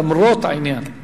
למרות העניין.